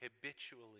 habitually